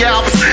Alps